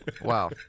Wow